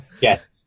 Yes